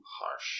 harsh